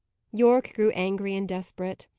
yorke grew angry and desperate.